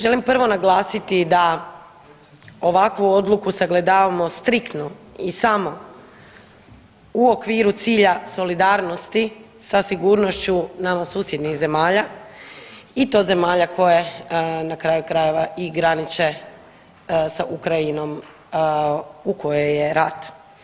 Želim prvo naglasiti da ovakvu odluku sagledavamo striktno i samo u okviru cilja solidarnosti sa sigurnošću nama susjednih zemalja i to zemalja koje na kraju krajeva i graniče sa Ukrajinom u kojoj je rat.